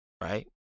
Right